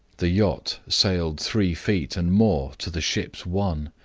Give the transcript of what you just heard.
the yacht sailed three feet and more to the ship's one.